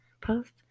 post